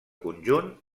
conjunt